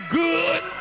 good